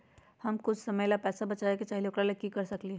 हम कुछ समय ला पैसा बचाबे के चाहईले ओकरा ला की कर सकली ह?